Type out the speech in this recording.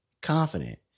confident